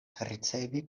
ricevi